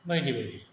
बायदि बायदि